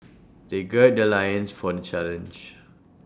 they gird their loins for the challenge